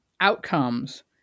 outcomes